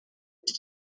ist